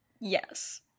Yes